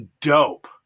Dope